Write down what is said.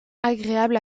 agréable